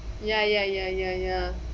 ya ya ya ya ya